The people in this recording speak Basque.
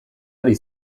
ari